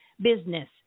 Business